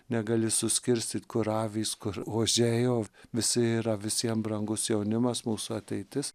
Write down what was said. negali suskirstyt kur avys kur ožiai o visi yra visiem brangus jaunimas mūsų ateitis